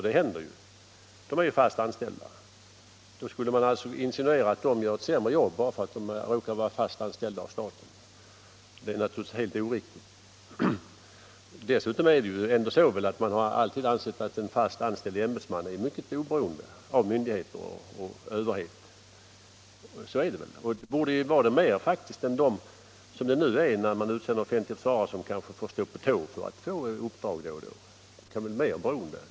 De är ju fast anställda. Och skulle man alltså insinuera att de gör ett sämre jobb bara därför att de råkar vara fast anställda av staten? Detta är naturligtvis helt oriktigt. Dessutom är det väl ändå så att man alltid 107 har ansett att en fast anställd tjänsteman är särskilt oberoende av myndigheter och överhet. Ja, han borde vara det ännu mer än den offentlige försvarare som nu utses, eftersom han kanske får stå på tå för att få ett uppdrag då och då. Han blir väl mer beroende.